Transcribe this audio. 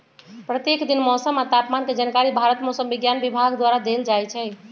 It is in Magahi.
प्रत्येक दिन मौसम आ तापमान के जानकारी भारत मौसम विज्ञान विभाग द्वारा देल जाइ छइ